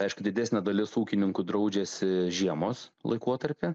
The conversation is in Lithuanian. aišku didesnė dalis ūkininkų draudžiasi žiemos laikotarpį